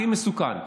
הכי מסוכן.